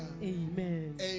Amen